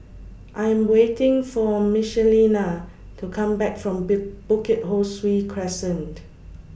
I Am waiting For Michelina to Come Back from B Bukit Ho Swee Crescent